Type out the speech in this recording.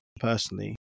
personally